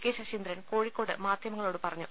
K Saseendran Kozhikode മാധ്യമങ്ങളോട് പറഞ്ഞു